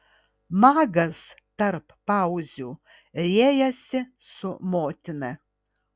magas tarp pauzių riejasi su motina